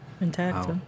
Intact